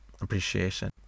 appreciation